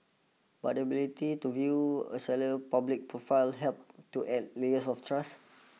but the ability to view a seller's public profile helps to add layers of trust